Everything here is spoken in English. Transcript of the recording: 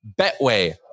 Betway